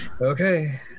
Okay